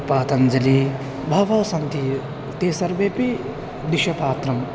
पातञ्जलि बहवः सन्ति ते सर्वेपि विदुषपात्रम्